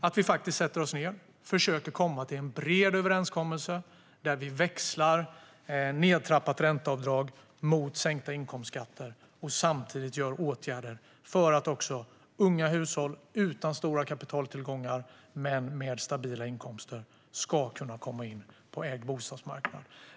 Låt oss sätta oss ned och försöka komma till en bred överenskommelse där vi växlar nedtrappat ränteavdrag mot sänkta inkomstskatter och samtidigt vidtar åtgärder för att unga hushåll utan stora kapitaltillgångar men med stabila inkomster ska kunna komma in på ägd bostadsmarknad.